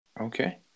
Okay